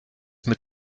mit